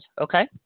okay